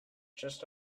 just